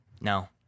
No